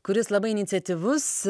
kuris labai iniciatyvus